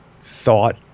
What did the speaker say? thought